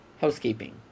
housekeeping